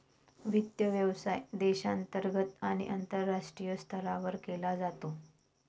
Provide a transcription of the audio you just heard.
वित्त व्यवसाय देशांतर्गत आणि आंतरराष्ट्रीय स्तरावर केला जातो